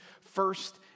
first